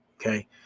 okay